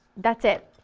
that's it!